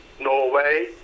Norway